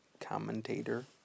Commentator